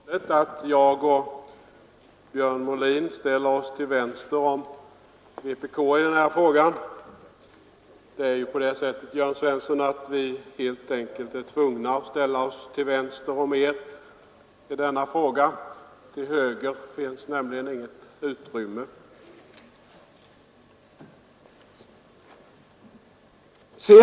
Herr talman! Herr Svensson i Malmö tyckte det var kostligt att Björn Molin och jag ställer oss till vänster om vpk i denna fråga. Men det är ju så, herr Svensson, att vi helt enkelt är tvungna att ställa oss till vänster om er i detta fall, eftersom det inte finns något utrymme till höger.